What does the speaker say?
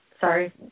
Sorry